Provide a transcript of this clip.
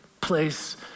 place